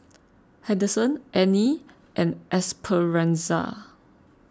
Henderson Anie and Esperanza